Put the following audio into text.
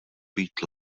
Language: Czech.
být